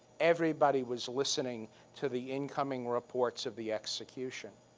everybody was listening to the incoming reports of the execution.